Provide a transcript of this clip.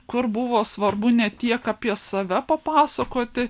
kur buvo svarbu ne tiek apie save papasakoti